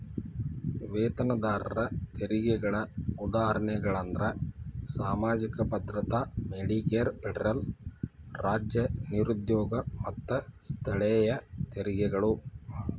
ವೇತನದಾರರ ತೆರಿಗೆಗಳ ಉದಾಹರಣೆಗಳಂದ್ರ ಸಾಮಾಜಿಕ ಭದ್ರತಾ ಮೆಡಿಕೇರ್ ಫೆಡರಲ್ ರಾಜ್ಯ ನಿರುದ್ಯೋಗ ಮತ್ತ ಸ್ಥಳೇಯ ತೆರಿಗೆಗಳು